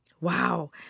Wow